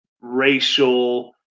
racial